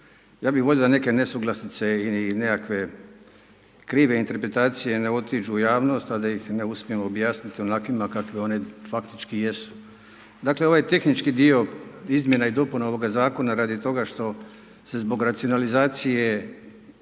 Ja bih volio da neke nesuglasice i nekakve krive interpretacije ne otiđu u javnost a da ih ne uspijem objasniti onakvima kakve one faktički jesu. Dakle, ovaj tehnički dio izmjena i dopuna ovoga Zakona radi toga što se zbog racionalizacije